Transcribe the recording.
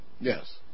Yes